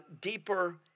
deeper